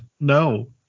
No